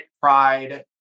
pride